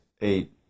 eight